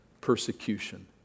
persecution